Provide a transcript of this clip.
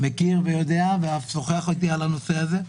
מכיר ויודע, ואף שוחח איתי על הנושא הזה.